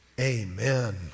Amen